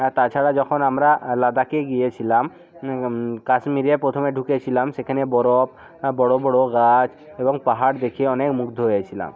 আর তাছাড়া যখন আমরা লাদাখে গিয়েছিলাম কাশ্মীরে প্রথমে ঢুকেছিলাম সেখানে বরফ হ্যাঁ বড়ো বড়ো গাছ এবং পাহাড় দেখে অনেক মুগ্ধ হয়েছিলাম